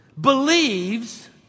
believes